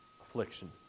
Affliction